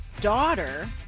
daughter